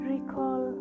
Recall